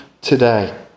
today